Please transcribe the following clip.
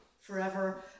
forever